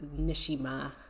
Nishima